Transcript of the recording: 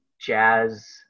jazz